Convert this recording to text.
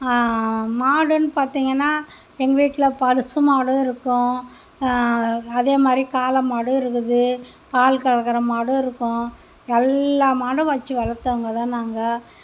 மாடுன்னு பார்த்திங்ன்னா எங்கள் வீட்டில் பசு மாடு இருக்கும் அதே மாதிரி காளை மாடு இருக்குது பால் கறக்கிற மாடும் இருக்கும் எல்லா மாடும் வச்சு வளர்த்தவங்க தான் நாங்கள்